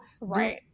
Right